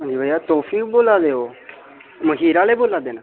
भैया तोह्शिब बोलै दे ओ मखीरै आह्ले बोलै दे न